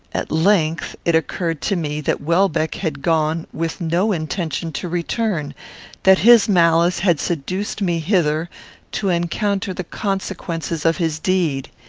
at length it occurred to me that welbeck had gone with no intention to return that his malice had seduced me hither to encounter the consequences of his deed.